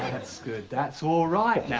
good. that's all right, now.